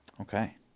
okay